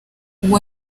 uwo